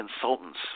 consultants